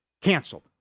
canceled